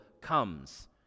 comes